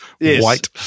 white